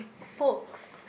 folks